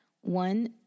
one